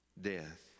death